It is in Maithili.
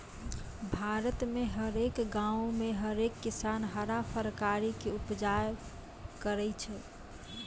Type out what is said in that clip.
भारत मे हरेक गांवो मे हरेक किसान हरा फरकारी के उपजा करै छै